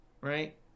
right